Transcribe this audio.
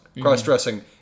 Cross-dressing